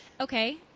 Okay